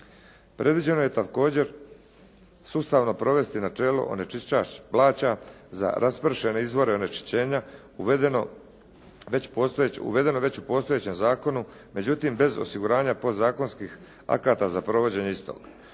Predviđeno je također sustavno provesti načelo onečišćivač plaća za raspršene izvore onečišćenja uvedeno u već postojećem zakonu. Međutim, bez osiguranja podzakonskih akata za provođenje istog.